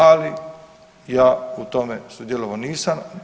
Ali ja u tome sudjelovao nisam.